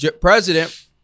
President